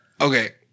Okay